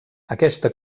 aquesta